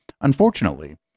Unfortunately